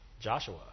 Joshua